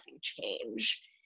change